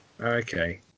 Okay